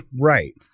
Right